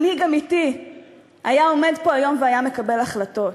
מנהיג אמיתי היה עומד פה היום והיה מקבל החלטות.